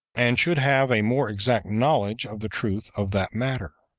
and should have a more exact knowledge of the truth of that matter.